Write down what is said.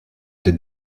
the